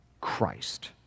Christ